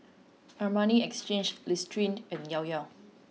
Armani Exchange Listerine and Llao Llao